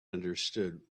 understood